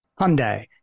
Hyundai